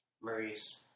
Maurice